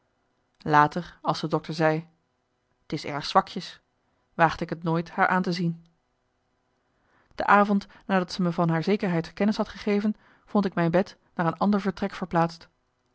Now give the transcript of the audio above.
later als de dokter zei t is erg zwakjes waagde ik t nooit haar aan te zien de avond nadat ze me van haar zekerheid kennis had gegeven vond ik mijn bed naar een ander vertrek verplaatst